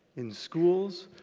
in schools,